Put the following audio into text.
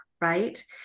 right